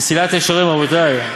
"מסילת ישרים", רבותי.